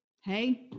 Hey